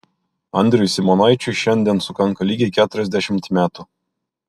andriui simonaičiui šiandien sukanka lygiai keturiasdešimt metų